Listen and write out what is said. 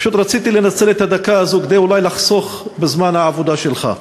פשוט רציתי לנצל את הדקה הזאת כדי אולי לחסוך בזמן העבודה שלך.